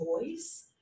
voice